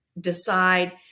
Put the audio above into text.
decide